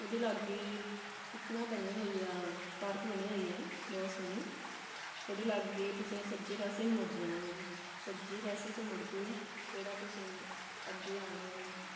ਉਹਦੇ ਲਾਗੇ ਇੱਕ ਨਾ ਬਣੀ ਹੋਈ ਆ ਪਾਰਕ ਬਣੀ ਹੋਈ ਆ ਬਹੁਤ ਸੋਹਣੀ ਉਹਦੇ ਲਾਗੇ ਤੁਸੀਂ ਸੱਜੇ ਪਾਸੇ ਨੂੰ ਮੁੜ ਜਾਣਾ ਵਾ ਸੱਜੇ ਪਾਸੇ ਤੋਂ ਮੁੜ ਕੇ ਥੋੜ੍ਹਾ ਤੁਸੀਂ ਅੱਗੇ ਆਉਣਾ ਹੈ